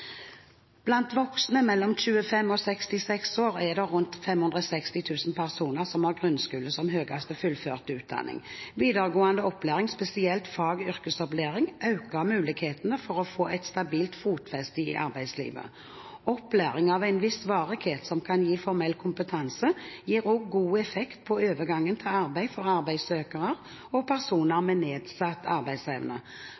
Blant voksne mellom 25 og 66 år er det rundt 560 000 personer som har grunnskole som høyeste fullførte utdanning. Videregående opplæring, spesielt fag- og yrkesopplæring, øker mulighetene for å få et stabilt fotfeste i arbeidslivet. Opplæring av en viss varighet som kan gi formell kompetanse, gir også god effekt på overgangen til arbeid for arbeidssøkere og